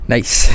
Nice